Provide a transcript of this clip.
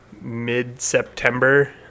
mid-September